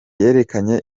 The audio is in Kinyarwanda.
yerekanye